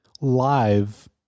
live